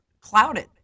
clouded